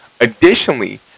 Additionally